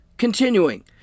Continuing